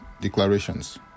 Declarations